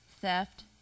theft